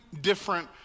different